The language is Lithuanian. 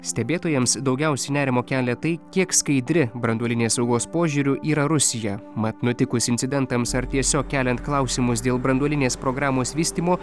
stebėtojams daugiausiai nerimo kelia tai kiek skaidri branduolinės saugos požiūriu yra rusija mat nutikus incidentams ar tiesiog keliant klausimus dėl branduolinės programos vystymo